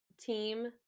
team